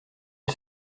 une